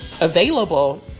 available